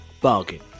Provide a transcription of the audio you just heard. Bargain